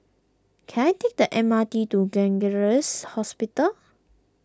can I take the M R T to Gleneagles Hospital